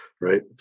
Right